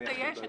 דווקא יש.